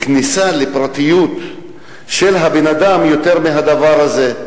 כניסה לפרטיות של הבן-אדם יותר מהדבר הזה.